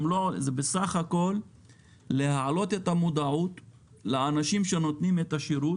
זה בסך הכול להעלות את המודעות בקרב האנשים שנותנים את השירות.